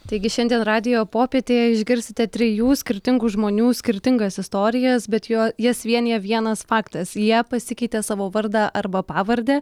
taigi šiandien radijo popietėje išgirsite trijų skirtingų žmonių skirtingas istorijas bet jo jas vienija vienas faktas jie pasikeitė savo vardą arba pavardę